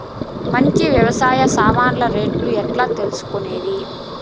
మంచి వ్యవసాయ సామాన్లు రేట్లు ఎట్లా తెలుసుకునేది?